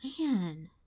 Man